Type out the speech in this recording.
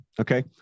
okay